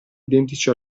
identici